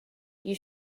you